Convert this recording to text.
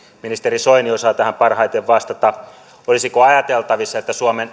ministeri soini osaa tähän parhaiten vastata olisiko ajateltavissa että suomen